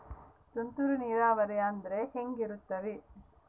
ತುಂತುರು ನೇರಾವರಿ ಅಂದ್ರೆ ಹೆಂಗೆ ಇರುತ್ತರಿ?